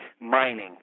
mining